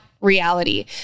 reality